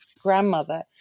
grandmother